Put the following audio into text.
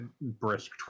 brisk